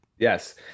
Yes